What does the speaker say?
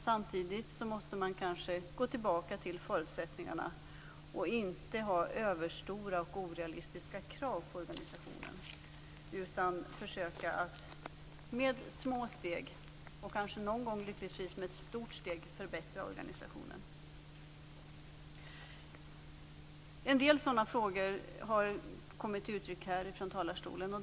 Samtidigt måste man dock gå tillbaka till förutsättningarna, inte ha för stora och orealistiska krav på organisationen utan försöka att med små steg, och kanske någon gång lyckligtvis ett stort, förbättra organisationen. En del sådana frågor har kommit till uttryck från talarstolen här.